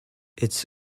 its